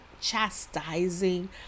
chastising